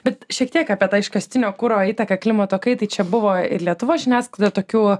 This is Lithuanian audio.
bet šiek tiek apie tą iškastinio kuro įtaką klimato kaitai čia buvo ir lietuvos žiniasklaidoj tokių